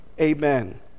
Amen